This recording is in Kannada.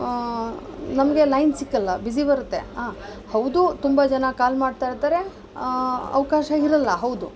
ನಮಗೆ ಲೈನ್ ಸಿಕ್ಕೊಲ್ಲ ಬಿಜಿ಼ ಬರುತ್ತೆ ಹಾಂ ಹೌದು ತುಂಬ ಜನ ಕಾಲ್ ಮಾಡ್ತಾ ಇರ್ತಾರೆ ಅವಕಾಶ ಇರೋಲ್ಲ ಹೌದು